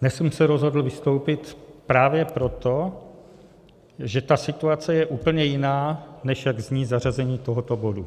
dnes jsem se rozhodl vystoupit právě proto, že ta situace je úplně jiná, než jak zní zařazení tohoto bodu.